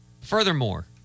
furthermore